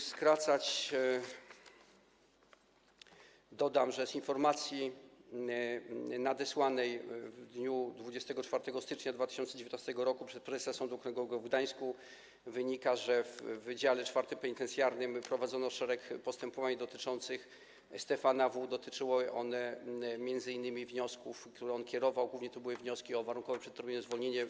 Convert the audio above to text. By skrócić, dodam, że z informacji nadesłanej w dniu 24 stycznia 2019 r. przez prezesa Sądu Okręgowego w Gdańsku wynika, że w wydziale IV penitencjarnym prowadzono szereg postępowań dotyczących Stefana W., dotyczyły one m.in. wniosków, które on kierował, głównie to były wnioski o warunkowe przedterminowe zwolnienie.